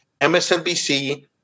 MSNBC